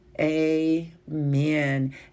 amen